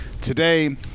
today